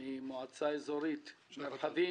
משי חג'ג מן המועצה האזורית מרחבים,